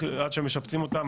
עד שמשפצים אותם,